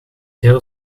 heel